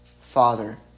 father